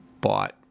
bought